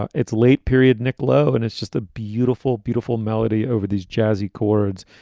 ah it's late period, nick lowe, and it's just a beautiful, beautiful melody over these jazzy chords.